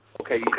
Okay